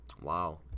Wow